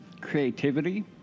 creativity